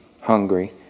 hungry